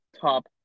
top